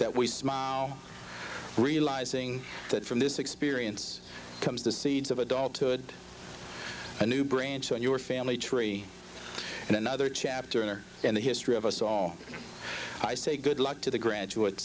that we smile realizing that from this experience comes the seeds of adulthood a new branch on your family tree and another chapter in or in the history of us all i say good luck to the graduate